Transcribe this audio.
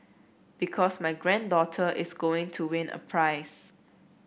because my granddaughter is going to win a prize